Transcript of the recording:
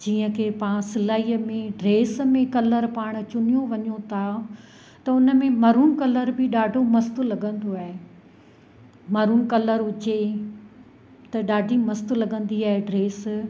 जीअं कि पाण सिलाईअ में ड्रेस में कलर पाण चूंडियूं वञूं था त उन में मरून कलर बि ॾाढो मस्तु लॻंदो आहे मरून कलर हुजे त ॾाढी मस्तु लॻंदी आहे ड्रेस